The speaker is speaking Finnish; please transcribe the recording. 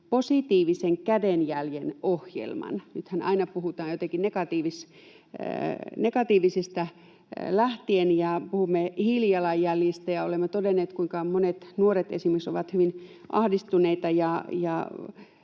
Positiivinen kädenjälki ‑ohjelman. Nythän aina puhutaan jotenkin negatiivisista asioista lähtien ja puhumme hiilijalanjäljestä ja olemme todenneet, kuinka monet nuoret esimerkiksi ovat hyvin ahdistuneita ja